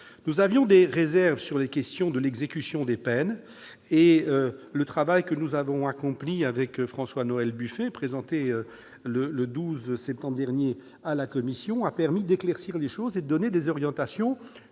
Nous avions des réserves sur la question de l'exécution des peines. Le travail que nous avons accompli avec François-Noël Buffet, présenté à la commission le 12 septembre dernier, a permis d'éclaircir les choses et de donner des orientations